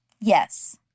Yes